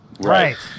Right